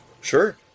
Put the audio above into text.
Sure